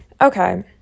okay